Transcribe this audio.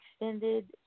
extended